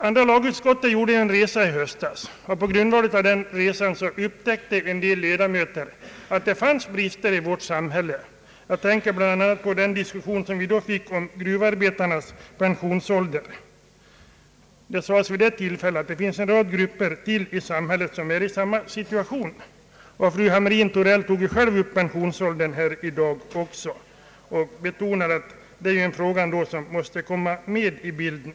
Andra lagutskottet gjorde en resa i höstas, och då upptäckte en hel del ledamöter att det fanns brister i vårt samhälle. Jag tänker bl.a. på den diskussion och det beslut som vi då fick om gruvarbetarnas pensionsålder. Det sades vid detta tillfälle att det finns en rad grupper i samhället som är i samma situation. Fru Hamrin-Thorell tog ju själv upp frågan om pensionsålder här och betonade att det är en fråga som måste komma med i bilden.